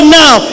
now